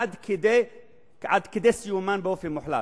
עד כדי סיומן באופן מוחלט.